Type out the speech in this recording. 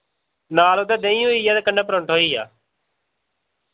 नाल ओह्दे देहीं होइया ते कन्नै परोंठा होइया